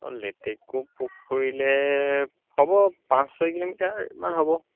অ লেটেকু পুখুৰীলৈ হ'ব পাঁচ ছয় কিলোমিটাৰমান হ'ব